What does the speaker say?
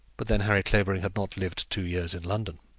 but then harry clavering had not lived two years in london.